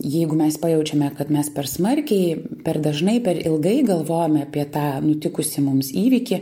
jeigu mes pajaučiame kad mes per smarkiai per dažnai per ilgai galvojam apie tą nutikusį mums įvykį